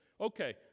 Okay